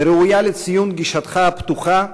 וראויה לציון גישתך הפתוחה,